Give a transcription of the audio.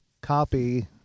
copy